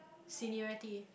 seniority